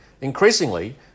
Increasingly